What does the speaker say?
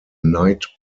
night